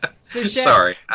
Sorry